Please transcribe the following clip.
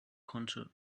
kommt